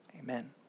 amen